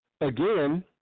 again